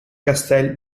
castel